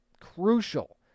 crucial